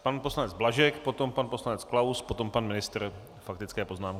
Pan poslanec Blažek, potom pan poslanec Klaus, potom pan ministr faktické poznámky.